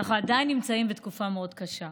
אנחנו עדיין נמצאים בתקופה מאוד קשה.